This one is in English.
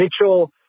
Mitchell